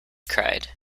cried